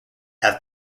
have